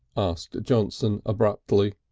asked johnson abruptly.